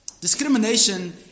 Discrimination